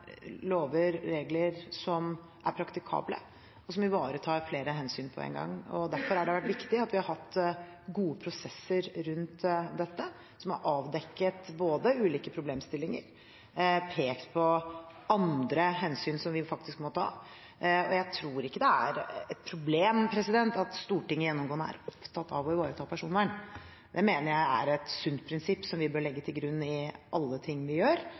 lover og regler som er praktikable, og som ivaretar flere hensyn på en gang. Derfor har det vært viktig at vi har hatt gode prosesser rundt dette som både har avdekket ulike problemstillinger og pekt på andre hensyn som vi faktisk må ta. Jeg tror ikke det er et problem at Stortinget gjennomgående er opptatt av å ivareta personvern. Det mener jeg er et sunt prinsipp som vi bør legge til grunn i alle ting vi gjør.